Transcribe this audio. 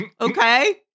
Okay